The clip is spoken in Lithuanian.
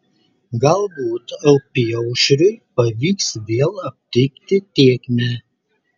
galbūt apyaušriui pavyks vėl aptikti tėkmę